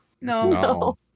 No